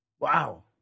Wow